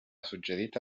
suggerita